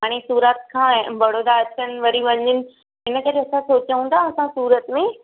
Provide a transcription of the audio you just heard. हाणे सूरत खां ऐं बड़ोदा अचनि वरी वञनि हिन करे असां सोचऊं था असां सूरत में